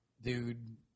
dude